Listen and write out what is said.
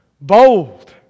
Bold